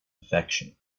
affection